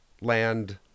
Land